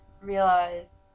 realize